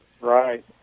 Right